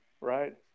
right